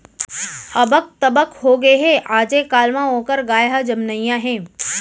अबक तबक होगे हे, आजे काल म ओकर गाय ह जमनइया हे